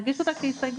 נגיש אותה כהסתייגות.